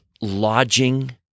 lodging